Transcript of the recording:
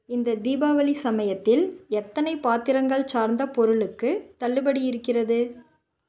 இந்த தீபாவளி சமயத்தில் எத்தனை பாத்திரங்கள் சார்ந்த பொருளுக்கு தள்ளுபடி இருக்கிறது